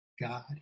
God